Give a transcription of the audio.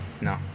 No